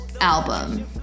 album